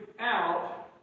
out